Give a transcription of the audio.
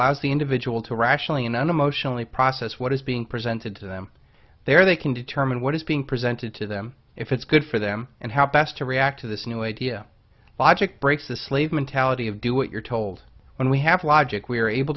the individual to rationally in an emotionally process what is being presented to them there they can determine what is being presented to them if it's good for them and how best to react to this new idea logic breaks the slave mentality of do what you're told when we have logic we are able